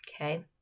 okay